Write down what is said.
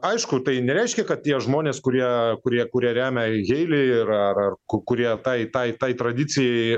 aišku tai nereiškia kad tie žmonės kurie kurie kurie remia heili yra ar ku kurie tai tai tai tradicijai